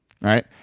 Right